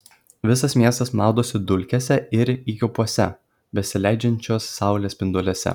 visas miestas maudosi dulkėse ir įkypuose besileidžiančios saulės spinduliuose